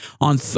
on